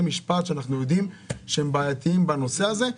משפט שאנחנו יודעים שהם בעייתיים בנושא הזה.